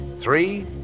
Three